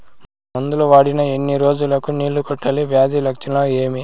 మందులు వాడిన ఎన్ని రోజులు కు నీళ్ళు కట్టాలి, వ్యాధి లక్షణాలు ఏమి?